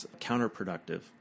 counterproductive